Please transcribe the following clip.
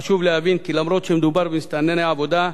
חשוב להבין כי אף שמדובר במסתנני עבודה,